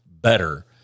better